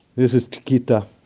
this is chiquita.